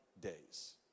days